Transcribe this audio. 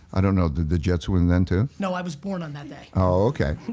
i don't know, did the jets win then too? no, i was born on that day. oh okay.